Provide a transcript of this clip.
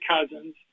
cousins